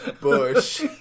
Bush